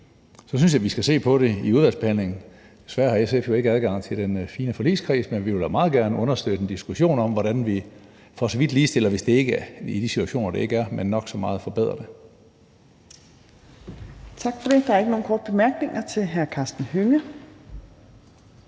så synes jeg, vi skal se på det i udvalgsbehandlingen. Desværre har SF jo ikke adgang til den fine forligskreds, men vi vil da meget gerne understøtte en diskussion om, hvordan vi for så vidt ligestiller det i de situationer, hvor det ikke er det, men nok så meget forbedrer det. Kl. 19:15 Fjerde næstformand (Trine Torp): Tak for det. Der er ikke nogen korte bemærkninger til hr. Karsten Hønge.